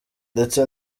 ndetse